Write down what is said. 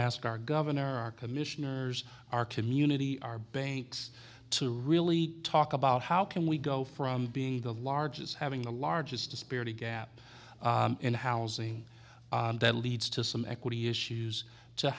ask our governor our commissioners our community our banks to really talk about how can we go from being the large as having the largest disparity gap in housing that leads to some equity issues to